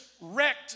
wrecked